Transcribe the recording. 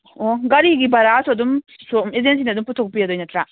ꯑꯣ ꯒꯥꯔꯤꯒꯤ ꯕꯔꯥꯁꯨ ꯑꯗꯨꯝ ꯁꯣꯝ ꯑꯦꯖꯦꯟꯁꯤꯅ ꯑꯗꯨꯝ ꯄꯨꯊꯣꯛꯄꯤꯔꯗꯣꯏ ꯅꯠꯇ꯭ꯔꯥ